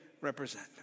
represent